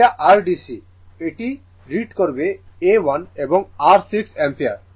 এটা r DC এটি read করবে A 1 এবং r 6 অ্যাম্পের